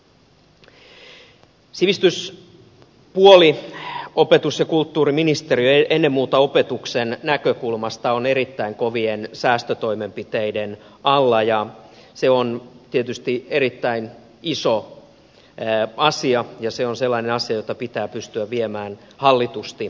sivistyspuoli opetus ja kulttuuriministeriö ennen muuta opetuksen näkökulmasta on erittäin kovien säästötoimenpiteiden alla ja se on tietysti erittäin iso asia ja se on sellainen asia jota pitää pystyä viemään hallitusti eteenpäin